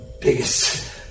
biggest